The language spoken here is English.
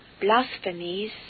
blasphemies